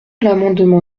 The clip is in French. l’amendement